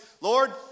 Lord